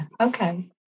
okay